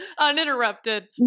uninterrupted